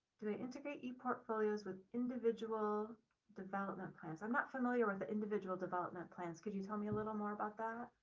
do they integrate e portfolios with individual development plans? i'm not familiar with the individual development plans. could you tell me a little more about that?